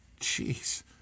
Jeez